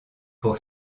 pour